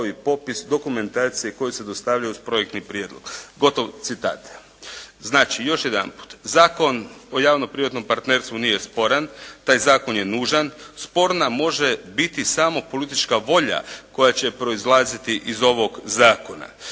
i popis dokumentacije koji se dostavlja uz projektni prijedlog", gotov citat. Znači, još jedanput, Zakon o javno-privatnom partnerstvu nije sporan, taj zakon je nužan. Sporna može biti samo politička volja koja će proizlaziti iz ovog zakona.